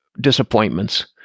disappointments